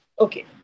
Okay